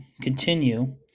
continue